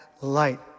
light